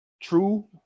True